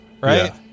Right